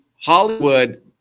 Hollywood